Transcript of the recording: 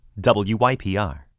WYPR